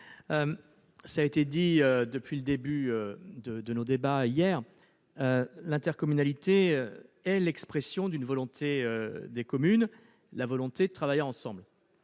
cela a été souligné depuis le début de nos débats hier, l'intercommunalité est l'expression d'une volonté des communes de travailler ensemble.